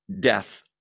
death